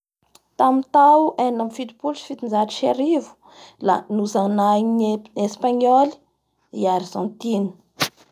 Tamin'ny tao enina ambin'ny fitopolo sy fitonjato sy arivo da nozanahan'ny Espagnol i Argentine.